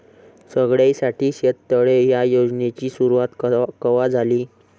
सगळ्याइसाठी शेततळे ह्या योजनेची सुरुवात कवा झाली?